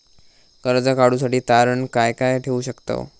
कर्ज काढूसाठी तारण काय काय ठेवू शकतव?